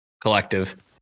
collective